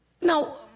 now